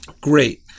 Great